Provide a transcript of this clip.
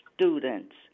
students